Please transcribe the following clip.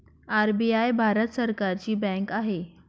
RBI Bharat सरकारची bank आहे